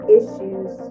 issues